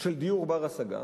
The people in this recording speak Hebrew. של דיור בר-השגה,